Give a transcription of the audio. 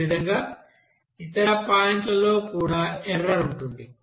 అదేవిధంగా ఇతర పాయింట్లలో కూడా ఎర్రర్ ఉంటుంది